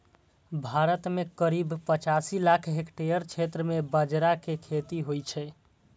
भारत मे करीब पचासी लाख हेक्टेयर क्षेत्र मे बाजरा के खेती होइ छै